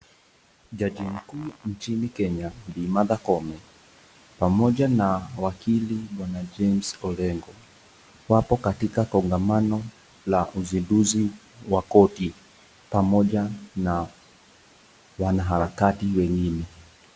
Jaji mkuu nchini kenya Bi Martha koome, pamoja na wakili bwana James Orengo wapo katika kongamano la usinduzi wa koti pamoja na wanaharakati wengine.